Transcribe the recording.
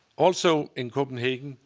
also in copenhagen,